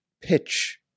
pitch